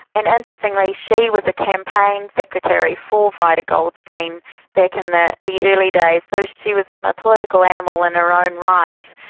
and interestingly, she was a campaign secretary for vita goldstein back in the the early days. so she was a political animal in her own right,